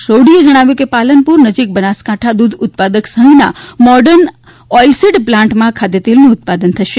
સોઢીએ જણાવ્યું કે પાલનપુર નજીક બનાસકાંઠા દ્રધ ઉત્પાદક સંઘના મોર્ડન ઓઇલસીડ પ્લાન્ટમાં ખાદ્યતેલનું ઉત્પાદન થશે